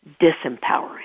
disempowering